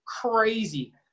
crazy